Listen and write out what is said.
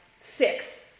six